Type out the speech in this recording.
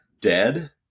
dead